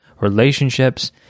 relationships